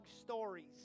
stories